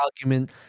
argument